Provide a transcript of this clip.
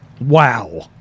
Wow